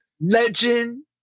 Legend